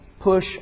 push